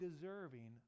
deserving